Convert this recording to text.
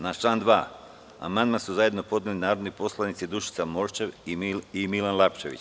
Na član 2. amandman su zajedno podneli narodni poslanici Dušica Morčev i Milan Lapčević.